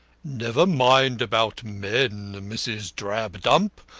never mind about men, mrs. drabdump.